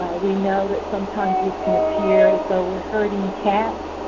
we know that, sometimes, this can appear as though we're herding cats,